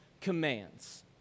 commands